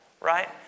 right